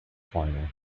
final